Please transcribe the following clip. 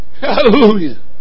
Hallelujah